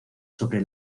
sobre